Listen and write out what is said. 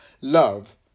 love